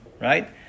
Right